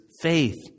faith